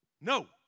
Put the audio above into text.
No